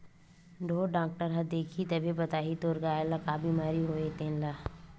ढ़ोर डॉक्टर ह देखही तभे बताही तोर गाय ल का बिमारी होय हे तेन ल